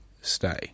stay